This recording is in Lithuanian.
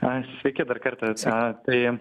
sveiki dar kartą tai